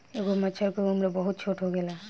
एगो मछर के उम्र बहुत छोट होखेला